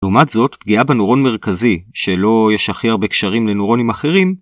לעומת זאת פגיעה בנוירון מרכזי שלא יש הכי הרבה קשרים לנוירונים אחרים